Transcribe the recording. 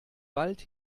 wald